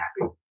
happy